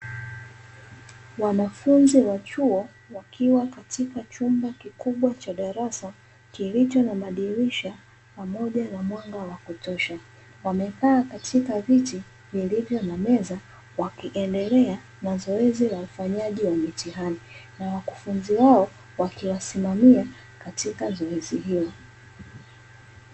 Wanafunzi wa chuo wakiwa katika chumba kikubwa cha darasa kilicho na madirisha pamoja na mwanga wa kutosha, wamekaa katika viti vilivyo na meza wakiendelea na zoezi la ufanyaji wa mitihani, na wakufunzi wao wakiwasimamia katika zoezi hilo.